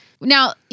Now